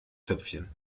töpfchen